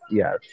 yes